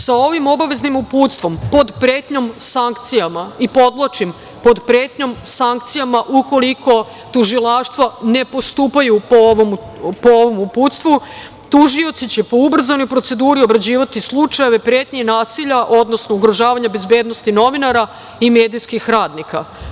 Sa ovim obaveznim uputstvom pod pretnjom sankcijama, podvlačim, pod pretnjom sankcijama ukoliko tužilaštva ne postupaju po ovom uputstvu, tužioci će po ubrzanoj proceduru obrađivati slučajeve pretnje i nasilja, odnosno ugrožavanja bezbednosti novinara i medijskih radnika.